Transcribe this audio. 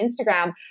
Instagram